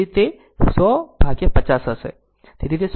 તેથી તે 100 ભાગ્યા 50 હશે